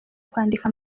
kwandika